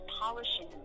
polishing